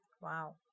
Wow